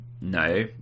no